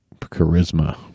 charisma